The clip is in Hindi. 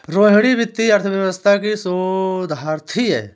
रोहिणी वित्तीय अर्थशास्त्र की शोधार्थी है